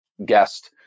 guest